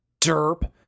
derp